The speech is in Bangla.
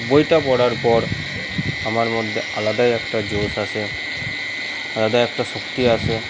বইটা পড়ার পর আমার মধ্যে আলাদাই একটা জোশ আসে আলাদাই একটা শক্তি আসে